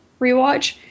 rewatch